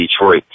Detroit